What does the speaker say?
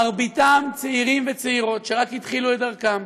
מרביתם צעירים וצעירות שרק התחילו את דרכם,